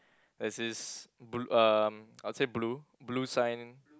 there is this bl~ um I'll say blue blue sign